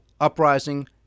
uprising